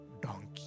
donkey